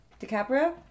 DiCaprio